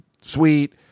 sweet